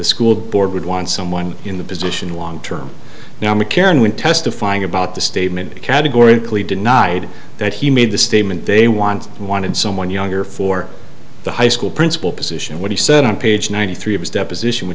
the school board would want someone in the position long term now mccarran when testifying about the statement categorically denied that he made the statement they want and wanted someone younger for the high school principal position what he said on page ninety three of his deposition